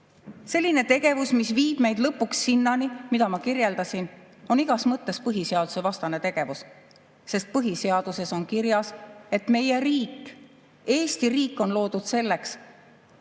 selline tegevus, mis viib meid lõpuks sinnani, mida ma kirjeldasin, on igas mõttes põhiseadusevastane tegevus, sest põhiseaduses on kirjas, et meie riik, Eesti riik, on loodud selleks, et Eesti rahvas, eesti